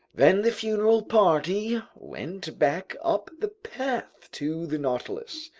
then the funeral party went back up the path to the nautilus,